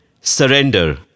Surrender